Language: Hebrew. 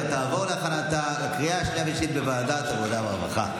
תעבור להכנתה לקריאה השנייה והשלישית בוועדת העבודה והרווחה.